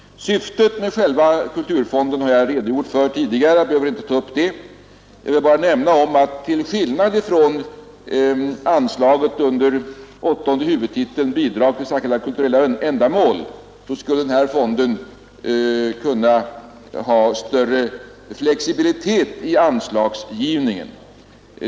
Syftet med fonden har jag redogjort för tidigare, och jag behöver inte upprepa det. Jag vill bara nämna att i jämförelse med vad som är möjligt med anslaget under åttonde huvudtiteln ”Bidrag till särskilda kulturella ändamål” skulle den här fonden kunna vara mera flexibel i anslagsgivningen.